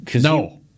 No